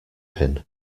pin